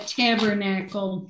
tabernacle